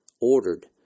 ordered